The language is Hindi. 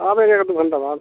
आ रहे हैं एक दो घंटा बाद